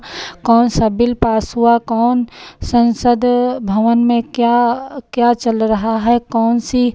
कौन सा bill pass हुआ कौन संसद भवन में क्या क्या चल रहा है कौन सी